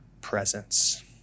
presence